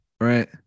right